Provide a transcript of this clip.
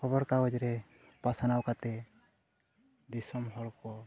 ᱠᱷᱚᱵᱚᱨ ᱠᱟᱜᱚᱡᱽ ᱨᱮ ᱯᱟᱥᱱᱟᱣ ᱠᱟᱛᱮᱫ ᱫᱤᱥᱚᱢ ᱦᱚᱲᱠᱚ